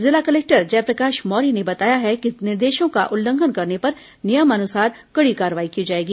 जिला कलेक्टर जयप्रकाश मौर्य ने बताया है कि निर्देशों का उल्लंघन करने पर नियमानुसार कड़ी कार्रवाई की जाएगी